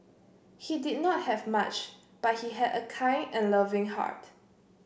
he did not have much but he had a kind and loving heart